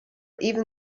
even